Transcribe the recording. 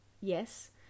Yes